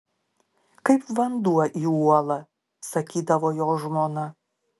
kaip vanduo į uolą sakydavo jo žmona